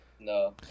No